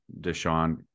Deshaun